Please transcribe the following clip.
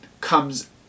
comes